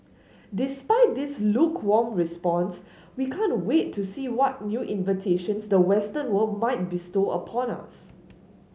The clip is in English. despite this lukewarm response we can't wait to see what new inventions the western world might bestow upon us